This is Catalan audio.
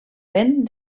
vent